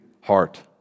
heart